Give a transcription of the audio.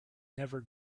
never